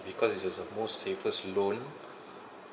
because it is the most safest loan